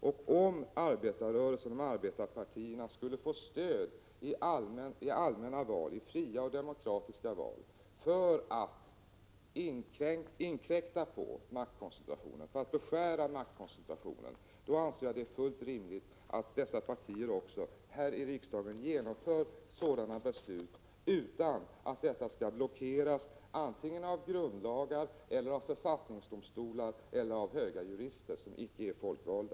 Om arbetarrörelsen, arbetarpartierna, skulle få stöd i fria och demokratiska allmänna val för att inkräkta på och beskära maktkoncentrationen, anser jag att det är fullt rimligt att dessa partier också här i riksdagen genomför sådana beslut utan att dessa skall blockeras av grundlagar, författningsdomstolar eller höga jurister som icke är folkvalda.